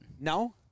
No